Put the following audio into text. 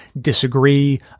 disagree